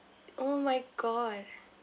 oh my god